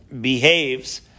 behaves